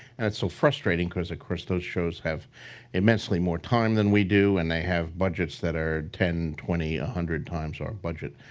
that's so frustrating cause of course those shows have immensely more time than we do and they have budgets that are ten, twenty, a hundred times our budget.